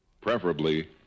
preferably